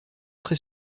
très